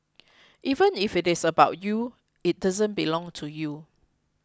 even if it is about you it doesn't belong to you